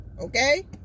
Okay